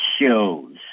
shows